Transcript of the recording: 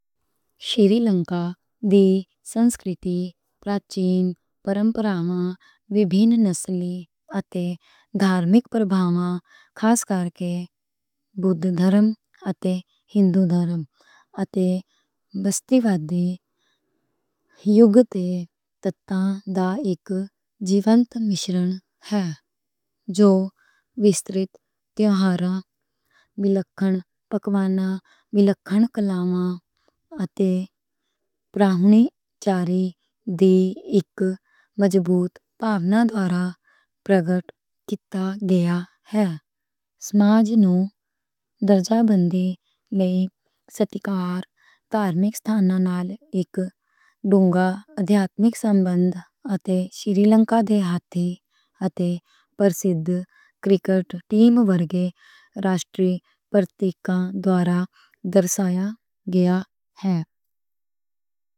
سری لنکا دی سنسکرتی بلینڈنگ پرمپراماں، وبھِن نسلی اتے دھارمک پربھاماں، خاص کرکے بدھ دھرم اتے۔ ہندو دھرم اتے بستی وادی یوگتے تتّاں دا ایک جیونت مشرن ہے۔ جو وِسترِت تیہاراں، لوکک پکواناں، لوکک کلاواں اتے رہنی چالی دی ایک مضبوط بھاونا دوارہ پرگٹ کیتا گیا ہے۔ سمجھ نوں درجابندی، ستکار، دھارمک ستھاناں نال اک ڈونگا ادھیاتمک سمبندھ، اتے سری لنکا دے ہاتھی اتے پرسدھ کرکٹ ٹیم ورگے راشٹری پرتیکاں دوارہ درشایا گیا ہے۔